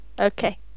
okay